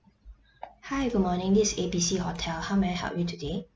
hi good morning this is A B C hotel how may I help you today